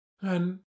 And